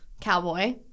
Cowboy